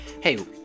hey